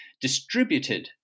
distributed